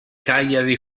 cagliari